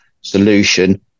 solution